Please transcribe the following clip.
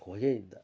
ಹೊಗೆಯಿಂದ